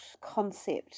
concept